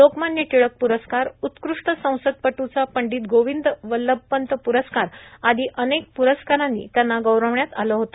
लोकमान्य टिळक पुरस्कार उत्कृष्ट संसदपटूचा पंडित गोविंद वल्लभपंत प्रस्कार आदी अनेक पुरस्कार देण्यात आले होते